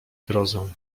grozę